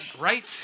right